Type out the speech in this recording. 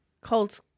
called